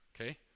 Okay